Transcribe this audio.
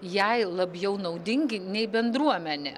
jai labiau naudingi nei bendruomenė